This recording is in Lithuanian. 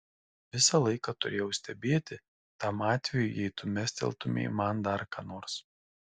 visą laiką turėjau stebėti tam atvejui jei tu mesteltumei man dar ką nors